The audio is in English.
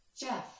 Jeff